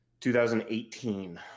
2018